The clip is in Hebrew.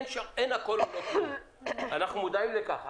אין הכול או לא כלום, אנחנו מודעים לכך.